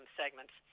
segments